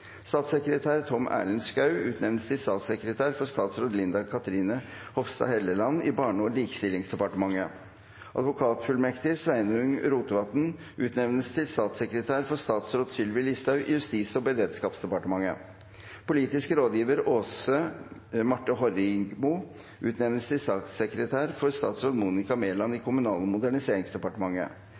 Tom Erlend Skaug utnevnes til statssekretær for statsråd Linda Cathrine Hofstad Helleland i Barne- og likestillingsdepartementet. Advokatfullmektig Sveinung Rotevatn utnevnes til statssekretær for statsråd Sylvi Listhaug i Justis- og beredskapsdepartementet. Politisk rådgiver Aase Marthe Horrigmo utnevnes til statssekretær for statsråd Monica Mæland i Kommunal- og moderniseringsdepartementet.